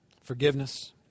forgiveness